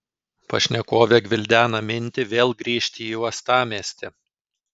pašnekovė gvildena mintį vėl grįžti į uostamiestį